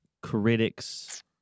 Critics